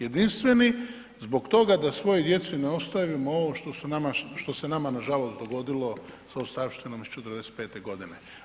Jedinstveni zbog toga da svojoj djeci ne ostavimo ovo što se nama nažalost dogodilo sa ostavštinom iz '45. godine.